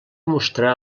mostrà